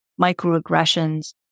microaggressions